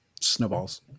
snowballs